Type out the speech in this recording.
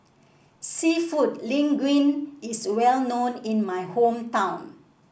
seafood Linguine is well known in my hometown